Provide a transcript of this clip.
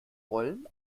wollen